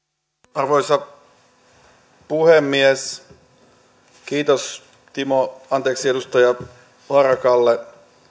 arvoisa puhemies kiitos edustaja harakalle